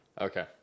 Okay